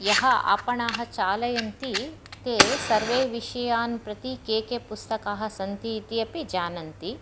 यः आपणाः चालयन्ति ते सर्वे विषयान् प्रति के के पुस्तकाः सन्ति इति अपि जानन्ति